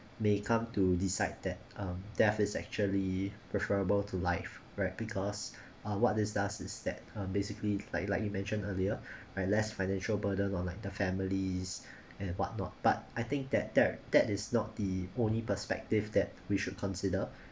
may come to decide that um death is actually preferable to life right because uh what it does is that uh basically like like you mentioned earlier might less financial burden on like the families and what not but I think that there that is not the only perspective that we should consider